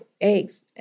eggs